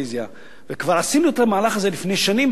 כבר עשינו את המהלך הזה לפני שנים באגרת הרדיו.